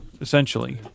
essentially